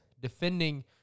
defending